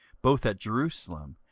both at jerusalem,